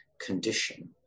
condition